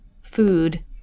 food